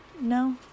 No